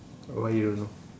why you know